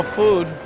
food